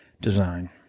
design